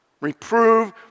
Reprove